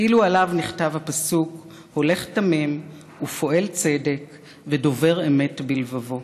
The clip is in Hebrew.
כאילו עליו נכתב הפסוק: "הולך תמים ופֹעל צדק ודֹבר אמת בלבבו".